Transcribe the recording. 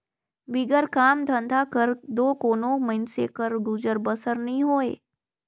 बिगर काम धंधा कर दो कोनो मइनसे कर गुजर बसर नी होए